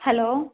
hello